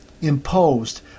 imposed